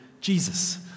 Jesus